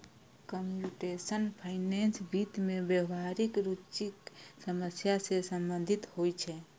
computational finance वित्त मे व्यावहारिक रुचिक समस्या सं संबंधित होइ छै